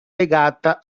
legata